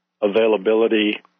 availability